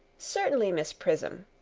certainly, miss prism.